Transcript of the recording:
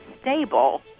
stable